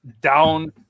down